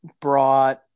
brought